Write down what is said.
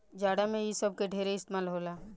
जाड़ा मे इ सब के ढेरे इस्तमाल होला